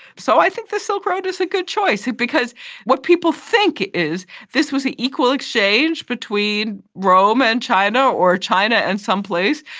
so i think the silk road is a good choice, because what people think is this was an equal exchange between rome and china or china and some place,